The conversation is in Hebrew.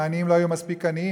העניים לא היו מספיק עניים,